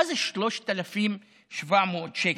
מה זה 3,700 שקל?